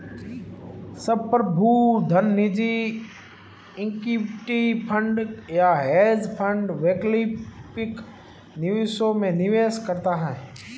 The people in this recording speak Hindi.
संप्रभु धन निजी इक्विटी फंड या हेज फंड वैकल्पिक निवेशों में निवेश करता है